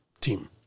team